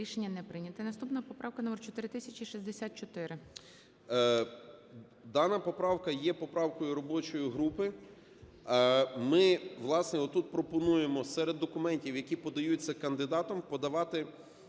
Рішення не прийнято. Наступна поправка - номер 4064. 16:32:12 СИДОРОВИЧ Р.М. Дана поправка є поправкою робочої групи. Ми, власне, отут пропонуємо серед документів, які подаються кандидатом, подавати